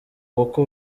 kuko